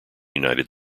united